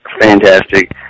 fantastic